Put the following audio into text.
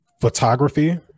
photography